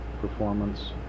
performance